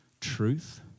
truth